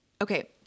Okay